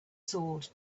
sword